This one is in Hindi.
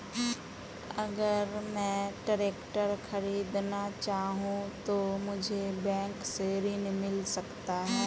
अगर मैं ट्रैक्टर खरीदना चाहूं तो मुझे बैंक से ऋण मिल सकता है?